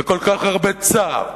וכל כך הרבה צער,